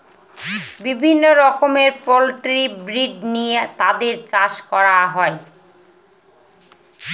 বিভিন্ন রকমের poultry breed নিয়ে তাদের চাষ করা হয়